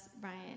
Brian